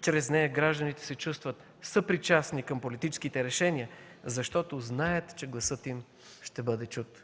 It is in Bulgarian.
Чрез нея гражданите се чувстват съпричастни към политическите решения, защото знаят, че гласът им ще бъде чут.